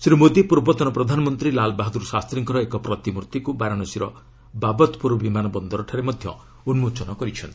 ଶ୍ରୀ ମୋଦୀ ପୂର୍ବତନ ପ୍ରଧାନମନ୍ତ୍ରୀ ଲାଲବାହାଦୁର ଶାସ୍ତ୍ରୀଙ୍କର ଏକ ପ୍ରତିମୂର୍ତ୍ତିକୁ ବାରାଶସୀର ବାବତପୁର ବିମାନ ବନ୍ଦରଠାରେ ମଧ୍ୟ ଉନ୍କୋଚନ କରିଚ୍ଛନ୍ତି